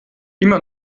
immer